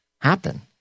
happen